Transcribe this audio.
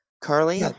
Carly